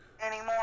anymore